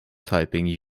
typing